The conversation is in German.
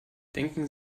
denken